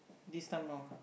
this time no [ag]